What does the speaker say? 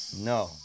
no